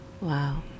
Wow